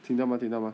听到吗听到吗